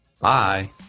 Bye